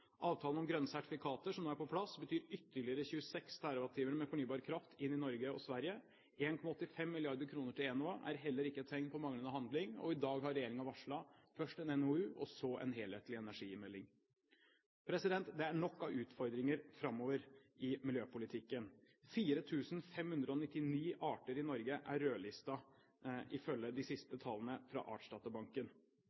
Avtalen om grønne sertifikater som nå er på plass, betyr ytterligere 26 TWh med fornybar kraft inn i Norge og Sverige. 1,85 mrd. kr til Enova er heller ikke et tegn på manglende handling, og i dag har regjeringen varslet først en NOU og så en helhetlig energimelding. Det er nok av utfordringer framover i miljøpolitikken. 4 599 arter i Norge er rødlistet ifølge de siste